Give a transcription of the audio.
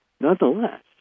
nonetheless